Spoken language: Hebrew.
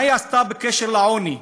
מה היא עשתה בקשר לעוני?